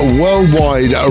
worldwide